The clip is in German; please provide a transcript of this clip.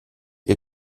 ihr